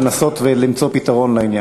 לנסות למצוא פתרון לעניין.